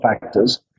factors